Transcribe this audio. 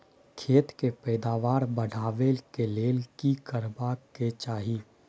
खेत के पैदावार बढाबै के लेल की करबा के चाही?